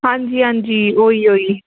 ਹਾਂਜੀ ਹਾਂਜੀ ਉਹੀ ਉਹੀ